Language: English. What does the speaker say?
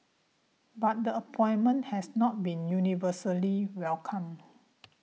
but the appointment has not been universally welcomed